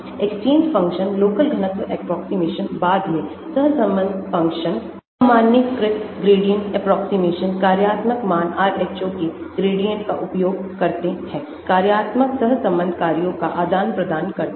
exchange functions local घनत्व approximation बाद में सहसंबंध फ़ंक्शंस सामान्यीकृत ग्रेडिएंट एप्रोक्सीमेशन कार्यात्मक मान Rho के ग्रेडिएंट का उपयोग करते हैं कार्यात्मक सहसंबंध कार्यों का आदान प्रदान करते हैं